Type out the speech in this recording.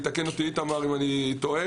ויתקן אותי איתמר אם אני טועה,